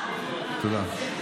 תודה.